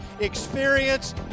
Experience